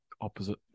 opposite